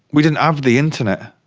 we didn't have the internet,